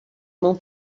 não